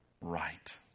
right